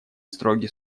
строгий